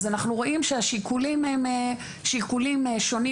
אז אנחנו רואים שהשיקולים הם שיקולים שונים